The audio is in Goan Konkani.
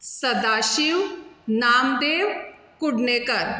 सदाशीव नामदेव कुडणेकार